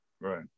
Right